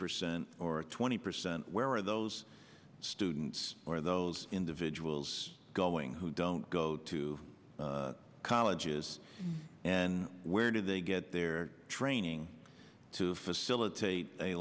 percent or twenty percent where are those students or those individuals going who don't go to colleges and where do they get their training to facilitate